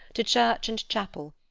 to church and chapel,